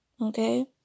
okay